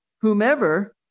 whomever